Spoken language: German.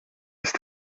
ist